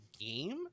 game